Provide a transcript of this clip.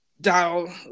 dial